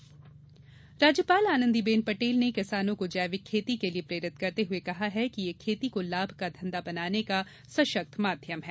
राज्यपाल राज्यपाल आनंदी बेन पटेल ने किसानों को जैविक खेती के लिए प्रेरित करते हुए कहा है कि यह खेती को लाभ का धंधा बनाने का सशक्त माध्यम है